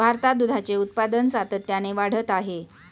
भारतात दुधाचे उत्पादन सातत्याने वाढत आहे